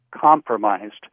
compromised